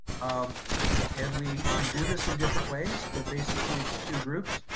um and we can do this in different ways, but basically it's two groups.